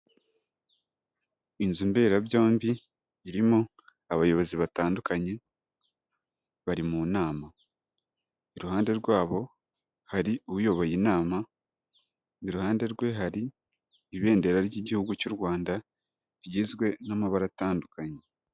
Inzu mberabyombi irimo abayobozi batandukanye bari mu nama, iruhande rwabo hari uyoboye inama, iruhande rwe hari ibendera ry'Igihugu cy'u Rwanda rigizwe n'amabara atandukanye.